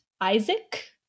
isaac